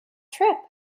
trip